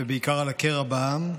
ובעיקר על הקרע בעם,